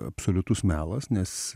absoliutus melas nes